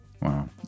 Wow